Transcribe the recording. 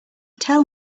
tell